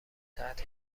تحت